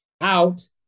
out